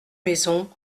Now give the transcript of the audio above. maisons